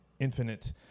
infinite